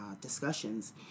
discussions